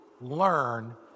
learn